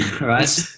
right